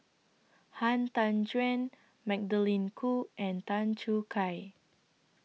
Han Tan Juan Magdalene Khoo and Tan Choo Kai